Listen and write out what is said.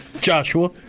Joshua